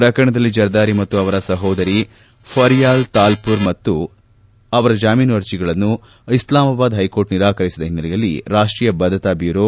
ಪ್ರಕರಣದಲ್ಲಿ ಜರ್ದಾರಿ ಮತ್ತು ಅವರ ಸಹೋದರಿ ಫರ್ಯಾಲ್ ತಾಲ್ಪುರ್ ಅವರ ಜಾಮೀನು ಅರ್ಜಿಗಳನ್ನು ಇಸ್ಲಾಮಾಬಾದ್ ಹೈಕೋರ್ಟ್ ನಿರಾಕರಿಸಿದ ಹಿನ್ನೆಲೆಯಲ್ಲಿ ರಾಷ್ವೀಯ ಬದ್ಧತಾ ಬ್ಯೂರೊ